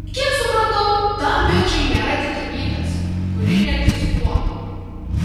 kiek supratau tam bičui nėra tikimybės kuri neegzistuotų